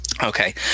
Okay